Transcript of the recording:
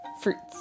fruits